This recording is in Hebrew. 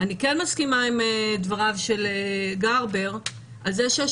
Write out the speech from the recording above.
אני מסכימה עם דבריו של גרבר לגבי זה שיש